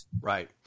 Right